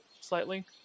slightly